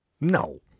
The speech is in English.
No